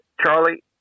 Charlie